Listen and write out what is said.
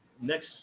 next